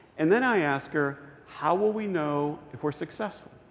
and then i ask her, how will we know if we're successful?